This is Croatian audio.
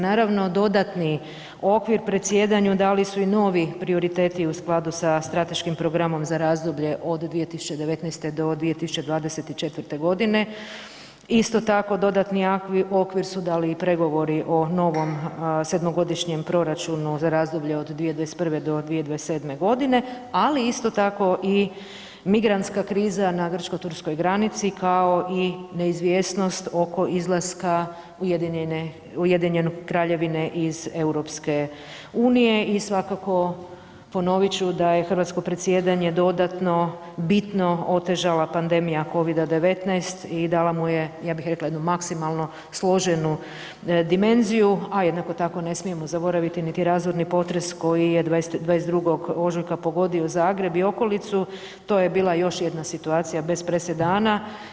Naravno, dodatni okvir predsjedanju dali su i novi prioriteti u skladu sa strateškim programom za razdoblje od 2019.-2024.g., isto tako dodatni okvir su dali i pregovori o novom 7-godišnjem proračunu za razdoblje od 2021.-2027.g., ali isto tako i migrantska kriza na grčko-turskoj granici, kao i neizvjesnost oko izlaska ujedinjene, Ujedinjene Kraljevine iz EU i svakako ponovit ću da je hrvatsko predsjedanje dodatno bitno otežala pandemija Covid-19 i dala mu je, ja bih rekla, jednu maksimalno složenu dimenziju, a jednako tako ne smijemo zaboraviti niti razorni potres koji je 22. ožujka pogodio Zagreb i okolicu, to je bila još jedna situacija bez presedana.